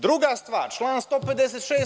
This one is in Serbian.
Druga stvar, član 156.